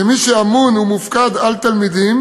"כמי שאמון ומופקד על תלמידים